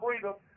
freedom